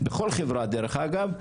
בכל חברה דרך אגב,